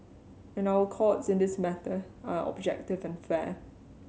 and our Courts in this matter are objective and fair